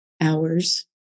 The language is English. hours